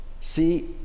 See